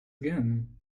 again